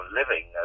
living